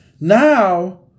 Now